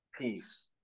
peace